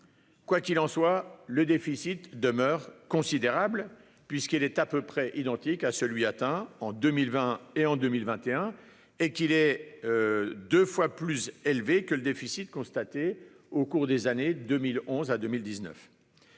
Quoi qu'il en soit, le déficit demeure considérable, puisqu'il serait à peu près identique aux niveaux atteints en 2020 et 2021, soit deux fois plus que celui constaté au cours des années 2011 à 2019.